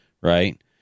right